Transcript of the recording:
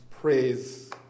praise